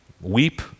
weep